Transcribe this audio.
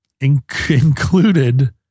included